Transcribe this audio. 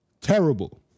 terrible